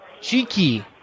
Cheeky